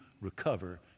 recover